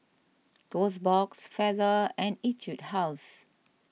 Toast Box Feather and Etude House